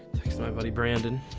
thanks to my buddy brandon